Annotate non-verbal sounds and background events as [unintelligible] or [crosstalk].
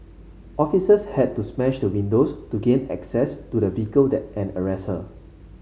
officers had to smash the windows to gain access to the vehicle [unintelligible] and arrest her